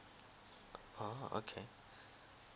orh okay